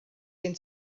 gen